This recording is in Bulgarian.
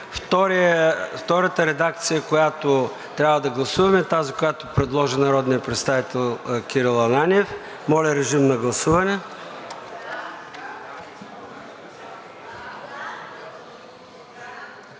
Втората редакция, която трябва да гласуваме е тази, която предложи народният представител Кирил Ананиев. Моля, режим на гласуване.